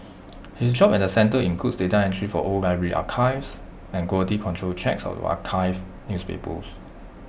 his job at the centre includes data entry for old library archives and quality control checks of archived newspapers